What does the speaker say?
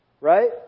Right